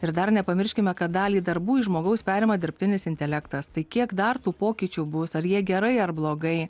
ir dar nepamirškime kad dalį darbų iš žmogaus perima dirbtinis intelektas tai kiek dar tų pokyčių bus ar jie gerai ar blogai